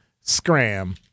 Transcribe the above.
Scram